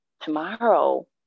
tomorrow